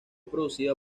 producida